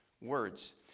words